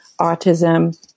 autism